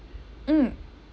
mm